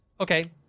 okay